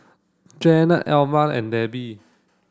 Janet Alvia and Debbie